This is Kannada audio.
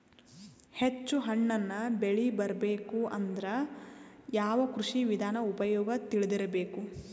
ಹೆಚ್ಚು ಹಣ್ಣನ್ನ ಬೆಳಿ ಬರಬೇಕು ಅಂದ್ರ ಯಾವ ಕೃಷಿ ವಿಧಾನ ಉಪಯೋಗ ತಿಳಿದಿರಬೇಕು?